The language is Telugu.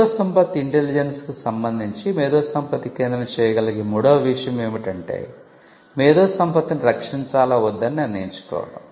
మేధోసంపత్తి ఇంటెలిజెన్స్ కు సంబంధించి మేధోసంపత్తి కేంద్రం చేయగలిగే మూడవ విషయం ఏమిటంటే మేధోసంపత్తిని రక్షించాలా వద్దా అని నిర్ణయించుకోవడం